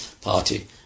party